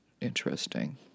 Interesting